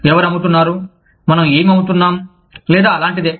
ఎవరు అమ్ముతున్నారు మనం ఏమి అమ్ముతున్నాం లేదా అలాంటిదే